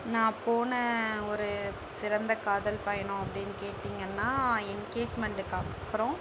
நான் போன ஒரு சிறந்த காதல் பயணம் அப்படினு கேட்டிங்கன்னா எங்கேஜ்மெண்டுக்கு அப்புறோம்